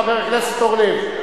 חבר הכנסת אורלב,